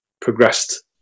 progressed